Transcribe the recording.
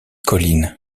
colline